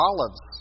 Olives